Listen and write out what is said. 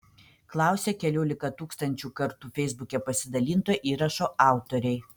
klausia keliolika tūkstančių kartų feisbuke pasidalinto įrašo autoriai